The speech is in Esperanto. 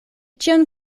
ĉion